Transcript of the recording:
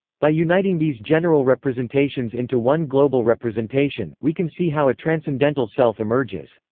by uniting these general representations into one global representation, we can see how a transcendental self emerges.